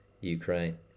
Ukraine